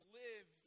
live